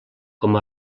com